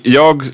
jag